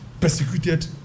persecuted